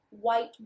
white